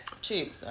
cheap